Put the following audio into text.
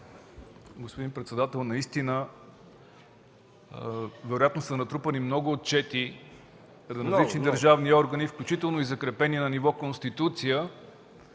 Господин председател, вероятно са натрупани много отчети на различни държавни органи, включително и закрепени на ниво Конституция,